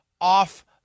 off